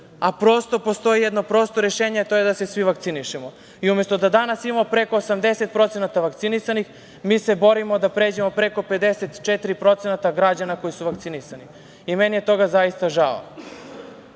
a prosto postoji jedno prosto rešenje a to je da se svi vakcinišemo. Umesto da danas imamo preko 80% vakcinisanih, mi se borimo da pređemo preko 54% građana koji su vakcinisani. Meni je toga zaista žao.